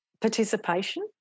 participation